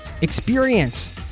experience